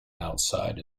outside